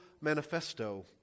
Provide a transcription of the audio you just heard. Manifesto